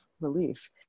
relief